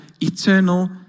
eternal